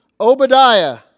Obadiah